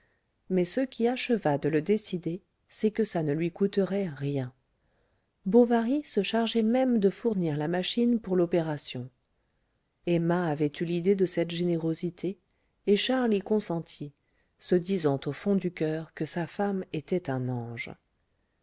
mais ce qui acheva de le décider c'est que ça ne lui coûterait rien bovary se chargeait même de fournir la machine pour l'opération emma avait eu l'idée de cette générosité et charles y consentit se disant au fond du coeur que sa femme était un ange